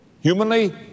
Humanly